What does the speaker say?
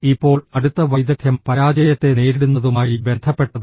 ഇപ്പോൾ അടുത്ത വൈദഗ്ധ്യം പരാജയത്തെ നേരിടുന്നതുമായി ബന്ധപ്പെട്ടതാണ്